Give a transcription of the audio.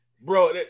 bro